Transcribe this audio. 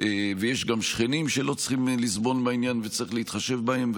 ויש גם שכנים שלא צריכים לסבול מהעניין וצריך להתחשב בהם.